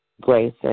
grace